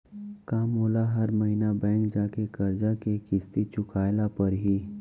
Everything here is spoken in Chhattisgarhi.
का मोला हर महीना बैंक जाके करजा के किस्ती चुकाए ल परहि?